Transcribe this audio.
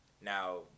Now